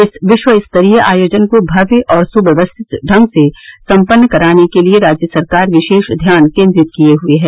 इस विश्वस्तरीय आयोजन को भव्य और सुव्यवस्थित ढंग से सम्पन्न कराने के लिये राज्य सरकार विशेष ध्यान केन्द्रित किये हुए है